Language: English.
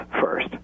first